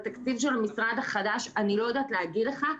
בתקציב של המשרד החדש, אני לא יודעת להגיד לך.